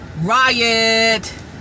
Riot